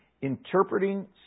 interpreting